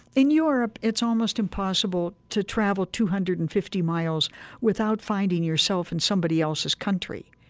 in europe, it's almost impossible to travel two hundred and fifty miles without finding yourself in somebody else's country,